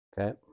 okay